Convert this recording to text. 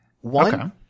One